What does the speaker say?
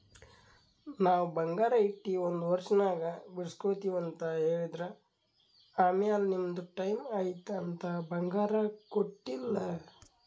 ನಾವ್ ಬಂಗಾರ ಇಟ್ಟಿ ಒಂದ್ ವರ್ಷನಾಗ್ ಬಿಡುಸ್ಗೊತ್ತಿವ್ ಅಂತ್ ಹೇಳಿದ್ರ್ ಆಮ್ಯಾಲ ನಿಮ್ದು ಟೈಮ್ ಐಯ್ತ್ ಅಂತ್ ಬಂಗಾರ ಕೊಟ್ಟೀಲ್ಲ್